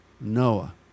Noah